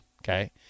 okay